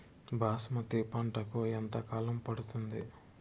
బాస్మతి పంటకు ఎంత కాలం పడుతుంది?